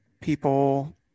people